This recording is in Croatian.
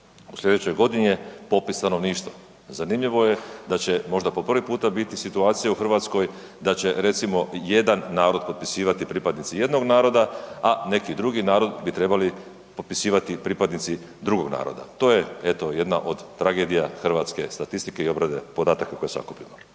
u slijedećoj godini je popis stanovništava. Zanimljivo je da će možda po prvi puta biti situacija u Hrvatskoj da će recimo jedan narod popisivati pripadnici jednog naroda, a neki drugi narod bi trebali popisivati pripadnici drugog naroda. To je eto jedna od tragedija hrvatske statistike i obrade podataka koje sakupimo.